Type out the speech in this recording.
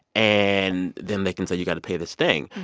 and then they can say you've got to pay this thing.